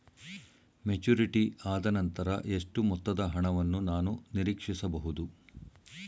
Maturity ಆದನಂತರ ಎಷ್ಟು ಮೊತ್ತದ ಹಣವನ್ನು ನಾನು ನೀರೀಕ್ಷಿಸ ಬಹುದು?